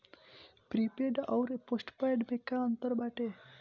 Prepaid अउर postpaid में का अंतर बाटे?